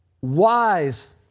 wise